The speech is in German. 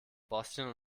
bosnien